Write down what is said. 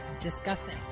discussing